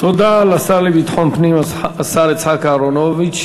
תודה לשר לביטחון פנים, השר יצחק אהרונוביץ.